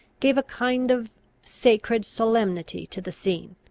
gave a kind of sacred solemnity to the scene.